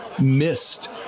missed